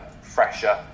fresher